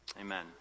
Amen